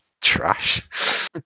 Trash